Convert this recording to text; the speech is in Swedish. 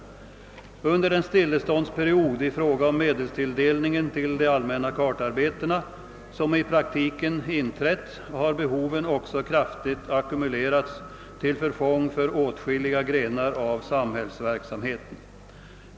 Under den stilleståndsperiod i fråga om medelstilldelningen till de allmänna kartarbetena som i praktiken inträtt har behoven kraftigt ackumulerats till förfång för åtskilliga grenar av samhällsverksamheten.